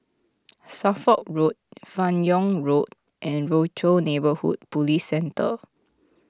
Suffolk Road Fan Yoong Road and Rochor Neighborhood Police Centre